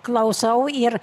klausau ir